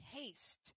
taste